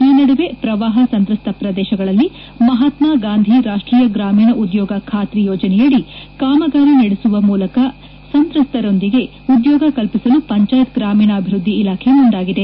ಈ ನಡುವೆ ಪ್ರವಾಹ ಸಂತ್ರಸ್ತ ಪ್ರದೇಶಗಳಲ್ಲಿ ಮಹಾತ್ಸಾಗಾಂಧಿ ರಾಷ್ವೀಯ ಗ್ರಾಮೀಣ ಉದ್ಯೋಗ ಖಾತ್ರಿ ಯೋಜನೆಯಡಿ ಕಾಮಗಾರಿ ನಡೆಸುವ ಮೂಲಕ ಸಂತ್ರಸ್ತರಿಗೆ ಉದ್ಯೋಗ ಕಲ್ಲಿಸಲು ಪಂಚಾಯತ್ ಗ್ರಾಮೀಣಾಭಿವೃದ್ದಿ ಇಲಾಖೆ ಮುಂದಾಗಿದೆ